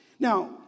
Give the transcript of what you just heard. Now